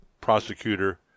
prosecutor